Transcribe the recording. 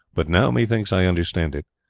but now methinks i understand it.